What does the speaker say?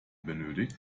benötigt